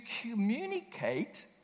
communicate